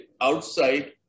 outside